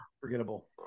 forgettable